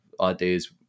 ideas